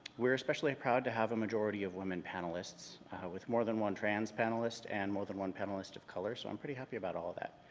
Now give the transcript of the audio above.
we're especially proud to have a majority of women panelists with more than one trans panelist and more than one panelist of color, so i'm pretty happy about all that.